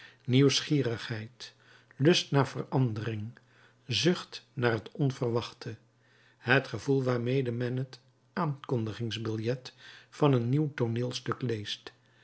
nieuwsgierigheid lust naar verandering zucht naar het onverwachte het gevoel waarmede men het aankondigingsbiljet van een nieuw tooneelstuk leest